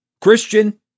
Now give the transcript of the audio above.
Christian